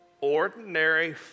ordinary